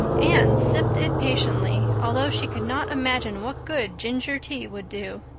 anne sipped it patiently, although she could not imagine what good ginger tea would do.